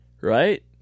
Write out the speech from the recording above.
Right